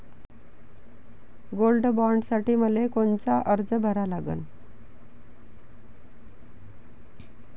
Gold बॉण्डसाठी मले कोनचा अर्ज भरा लागन?